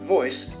Voice